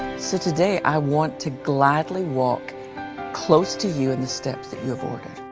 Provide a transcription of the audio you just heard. so today i want to gladly walk close to you in the steps that you have ordered